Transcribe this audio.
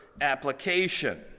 application